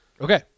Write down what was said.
Okay